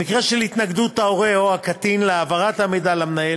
במקרה של התנגדות ההורה או הקטין להעברת המידע למנהל,